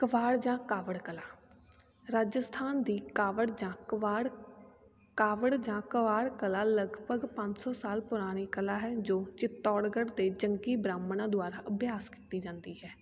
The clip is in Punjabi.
ਕਵਾੜ ਜਾ ਕਾਵੜ ਕਲਾ ਰਾਜਸਥਾਨ ਦੀ ਕਾਵੜ ਜਾਂ ਕਵਾੜ ਕਾਵੜ ਜਾਂ ਕਵਾਰ ਕਲਾ ਲਗਭਗ ਪੰਜ ਸੌ ਸਾਲ ਪੁਰਾਣੀ ਕਲਾ ਹੈ ਜੋ ਚਿੱਤੌੜਗੜ੍ਹ ਤੇ ਜੰਗੀ ਬ੍ਰਾਹਮਣਾਂ ਦੁਆਰਾ ਅਭਿਆਸ ਕੀਤੀ ਜਾਂਦੀ ਹੈ